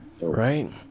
right